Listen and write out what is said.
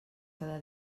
cada